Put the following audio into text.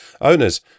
owners